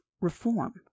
reform